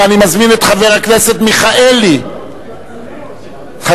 5471 ו-5472 בנושא: העלאת הריבית לחייבי המשכנתאות.